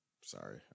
Sorry